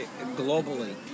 globally